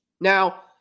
Now